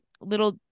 little